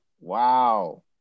wow